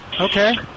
Okay